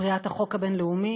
פריעת החוק הבין-לאומי,